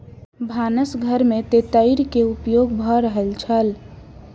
भानस घर में तेतैर के उपयोग भ रहल छल